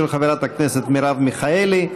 של חברת הכנסת מרב מיכאלי.